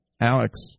Alex